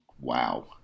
Wow